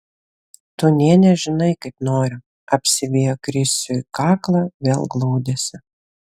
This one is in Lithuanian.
tu nė nežinai kaip noriu apsivijo krisiui kaklą vėl glaudėsi